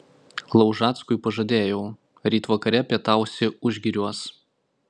laužackui pažadėjau ryt vakare pietausi užgiriuos